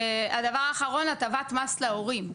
הדבר האחרון, הטבת מס להורים,